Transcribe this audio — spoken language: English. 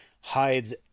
hides